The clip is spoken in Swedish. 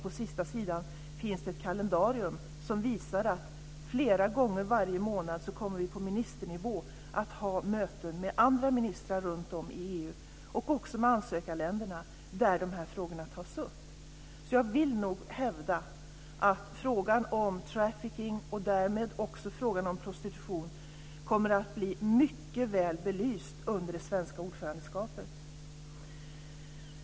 På sista sidan finns ett kalendarium som visar att vi flera gånger varje månad på ministernivå kommer att ha möten med andra ministrar runtom i EU och också med ansökarländerna där de här frågorna tas upp. Jag vill nog hävda att frågan om trafficking och därmed också frågan om prostitution kommer att bli mycket väl belyst under det svenska ordförandeskapet.